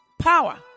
power